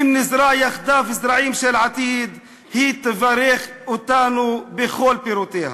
אם נזרע יחדיו זרעים של עתיד היא תברך אותנו בכל פירותיה.